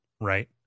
right